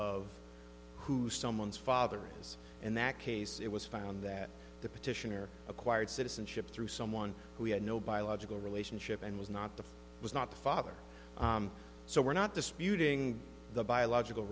of who someone's father is in that case it was found that the petitioner acquired citizenship through someone who had no biological relationship and was not the was not the father so we're not disputing the biological